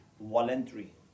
voluntary